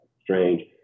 Strange